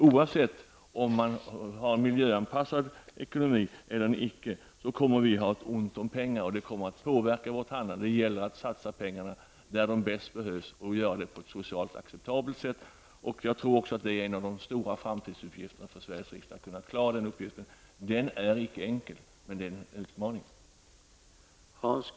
Oavsett om man har en miljöanpassad ekonomi eller ej, kommer vi att ha ont om pengar. Det kommer att påverka vårt handlande när det gäller att satsa pengar där de bäst behövs och på ett socialt acceptabelt sätt. Det är en stor uppgift för Sveriges riksdag att klara detta i framtiden. Den är icke enkel, men den är en utmaning.